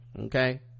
okay